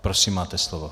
Prosím, máte slovo.